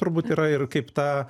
turbūt yra ir kaip ta